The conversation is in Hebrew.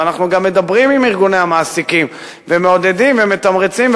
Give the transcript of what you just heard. ואנחנו גם מדברים עם ארגוני המעסיקים ומעודדים ומתמרצים,